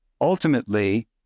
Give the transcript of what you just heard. Ultimately